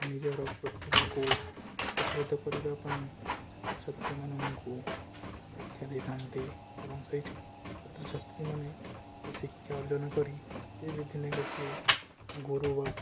ନିଜର ପ୍ରତିଭାକୁ ପ୍ରସାରିତ କରିବା ପାଇଁ ଛାତ୍ରଛାତ୍ରୀମାନଙ୍କୁ ଶିକ୍ଷା ଦେଇଥାନ୍ତି ଏବଂ ସେଇ ଛାତ୍ରଛାତ୍ରୀମାନେ ସେଇ ଶିକ୍ଷା ଅର୍ଜନ କରି ସେ ବି ଦିନେ ଗୋଟିଏ ଗୁରୁ ବା